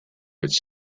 its